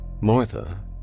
Martha